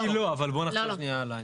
לדעתי לא, אבל בואו נחשוב שנייה על העניין.